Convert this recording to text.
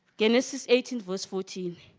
in assist eight and was fourteen